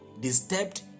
disturbed